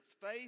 Faith